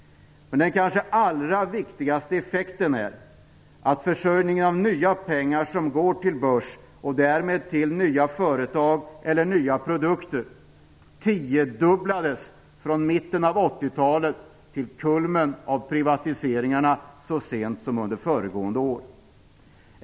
Men den kanske allra viktigaste effekten är att försörjningen av nya pengar som går till börs och därmed till nya företag eller nya produkter tiodubblades från mitten av 80-talet till kulmen av privatiseringarna så sent som under föregående år.